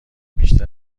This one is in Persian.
بیشتر